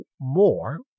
more